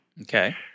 Okay